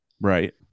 right